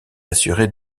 assurée